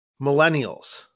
Millennials